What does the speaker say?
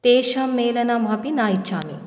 तेषां मेलनमपि न इच्छामि